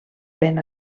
ben